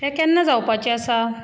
हें केन्ना जावपाचें आसा